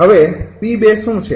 હવે 𝑃૨ શું છે